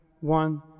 one